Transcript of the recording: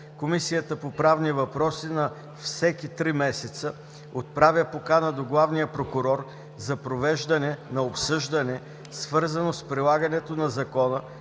Комисията по правни въпроси на всеки три месеца отправя покана до главния прокурор за провеждане на обсъждане, свързано с прилагането на закона